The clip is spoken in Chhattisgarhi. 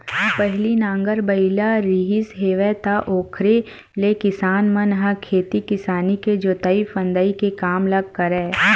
पहिली नांगर बइला रिहिस हेवय त ओखरे ले किसान मन ह खेती किसानी के जोंतई फंदई के काम ल करय